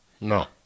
No